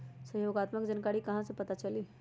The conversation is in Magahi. सहयोगात्मक जानकारी कहा से पता चली?